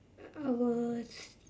I was